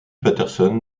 patterson